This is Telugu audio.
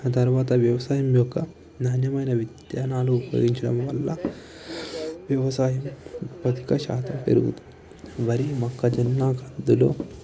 ఆ తర్వాత వ్యవసాయం యొక్క నాణ్యమైన విత్తనాలు ఉపయోగించడం వల్ల వ్యవసాయం ఉత్పత్తిక శాతం పెరుగుతుంది వరి మొక్కజొన్న కందులు పత్తి